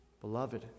Beloved